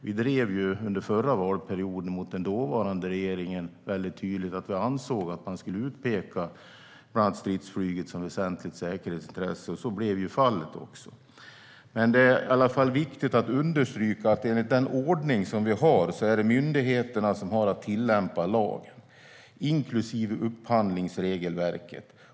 Vi drev under den förra valperioden mot den dåvarande regeringen väldigt tydligt att vi ansåg att man skulle utpeka bland annat stridsflyget som ett väsentligt säkerhetsintresse, och så blev också fallet. Det är i varje fall viktigt att understryka att enligt den ordning vi har är det myndigheterna som har att tillämpa lag inklusive upphandlingsregelverket.